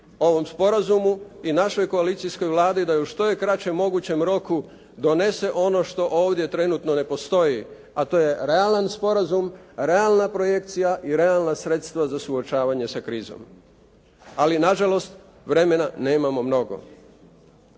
ovom sporazumu i našoj koalicijskoj Vladi da u što je kraće mogućem roku donese ono što ovdje trenutno ne postoji, a to je realan sporazum, realna projekcija i realna sredstva za suočavanje sa krizom. Ali nažalost vremena nemamo mnogo.